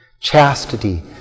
Chastity